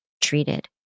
treated